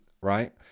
right